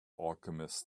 alchemist